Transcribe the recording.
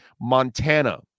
Montana